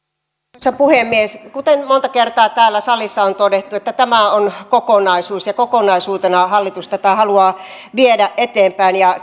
arvoisa puhemies kuten monta kertaa täällä salissa on todettu tämä on kokonaisuus ja kokonaisuutena hallitus tätä haluaa viedä eteenpäin